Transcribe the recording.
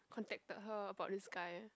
contacted her about this guy